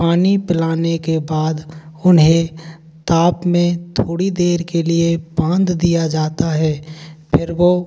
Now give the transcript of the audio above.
पानी पिलाने के बाद उन्हें ताप में थोड़ी देर के लिए बाँध दिया जाता है फिर वो